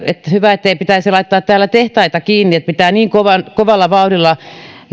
että hyvä ettei pidä laittaa täällä tehtaita kiinni kun pitää niin kovalla vauhdilla